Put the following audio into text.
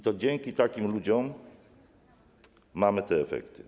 To dzięki takim ludziom mamy te efekty.